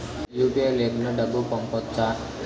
UPI లేకుండా డబ్బు పంపొచ్చా